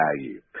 value